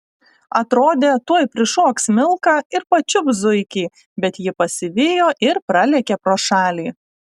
atrodė tuoj prišoks milka ir pačiups zuikį bet ji pasivijo ir pralėkė pro šalį